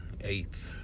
eight